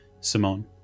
Simone